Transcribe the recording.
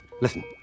Listen